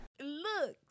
Look